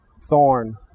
thorn